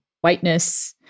whiteness